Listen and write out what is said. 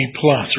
plus